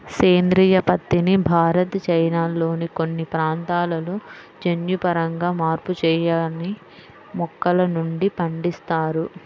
సేంద్రీయ పత్తిని భారత్, చైనాల్లోని కొన్ని ప్రాంతాలలో జన్యుపరంగా మార్పు చేయని మొక్కల నుండి పండిస్తారు